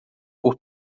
por